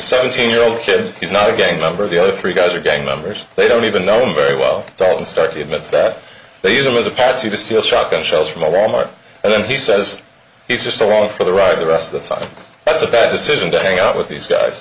seventeen year old kid he's not a gang member the other three guys are gang members they don't even know him very well thought and started myths that they use him as a patsy to steal shotgun shells from a wal mart and then he says he's just along for the ride the rest of the time that's a bad decision to hang out with these guys